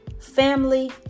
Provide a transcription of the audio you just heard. family